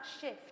shift